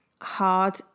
hard